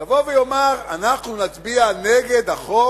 יבוא ויאמר: אנחנו נצביע נגד החוק